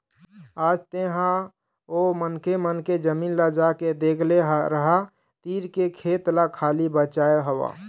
आज तेंहा ओ मनखे मन के जमीन ल जाके देख ले रद्दा तीर के खेत ल खाली बचाय हवय